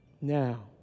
Now